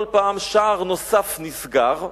כל פעם שער נוסף נסגר,